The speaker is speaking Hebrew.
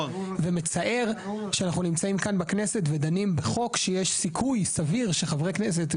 ומצער שאנחנו נמצאים כאן בכנסת ודנים בחוק שיש סיכוי סביר שחברי כנסת,